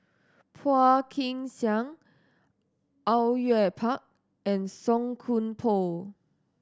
Phua Kin Siang Au Yue Pak and Song Koon Poh